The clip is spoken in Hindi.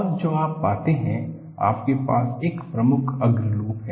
और जो आप पाते हैं आपके पास एक प्रमुख अग्र लूप है